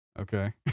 Okay